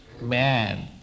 man